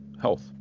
health